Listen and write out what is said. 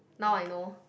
now I know